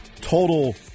total